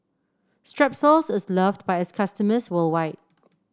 Strepsils is loved by its customers worldwide